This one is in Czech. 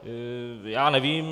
Já nevím.